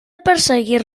perseguir